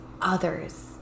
others